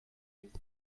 huit